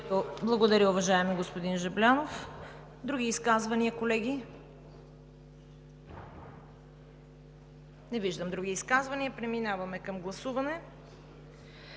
Благодаря, уважаеми господин Жаблянов. Други изказвания, колеги? Не виждам. Преминаваме към гласуване.